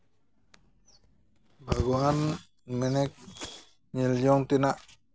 ᱵᱷᱟᱹᱜᱩᱣᱟᱱ ᱢᱮᱱᱮᱠ ᱧᱮᱞ ᱡᱚᱝ ᱛᱮᱱᱟᱜ